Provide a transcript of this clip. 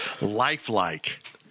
Lifelike